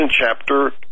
chapter